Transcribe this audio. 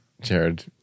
Jared